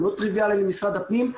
הוא לא טריוויאלי למשרד הפנים,